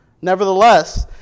Nevertheless